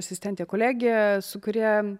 asistentę kolegę su kuria